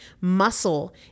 Muscle